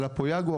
עלה פה יגואר,